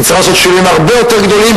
תצטרך לעשות שינויים הרבה יותר גדולים,